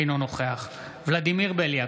אינו נוכח ולדימיר בליאק,